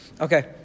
Okay